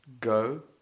Go